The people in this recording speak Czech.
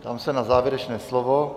Ptám se na závěrečné slovo.